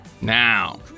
Now